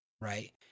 right